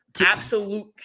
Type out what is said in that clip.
absolute